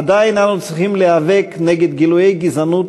עדיין אנו צריכים להיאבק נגד גילויי גזענות